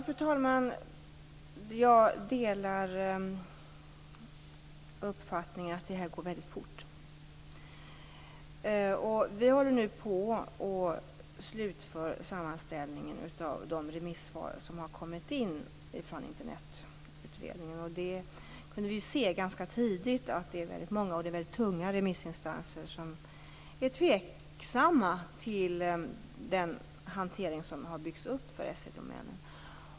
Fru talman! Jag delar uppfattningen att utvecklingen på detta område går väldigt fort. Vi håller nu på med slutförandet av en sammanställning av de remissvar som kommit in från Internetutredningen. Ganska tidigt kunde vi se att många och tunga remissinstanser är tveksamma till den hantering som har byggts upp för .se-domänen.